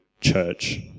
church